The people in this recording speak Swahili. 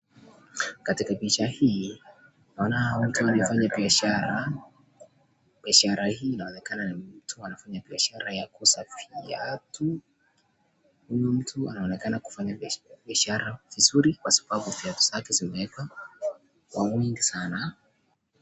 Katika picha hii naona mtu anafanya biashara. Biashara hii inaonekana ni mtu anafanya biashara ya kuuza viatu. Huyu mtu anaonekana kufanya biashara vizuri kwa sababu viatu vyake vimewekwa kwa wingi sana.